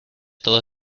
todo